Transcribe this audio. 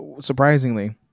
Surprisingly